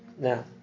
Now